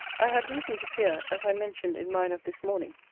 i had reason to fear, as i mentioned in mine of this morning,